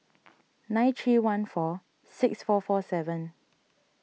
nine three one four six four four seven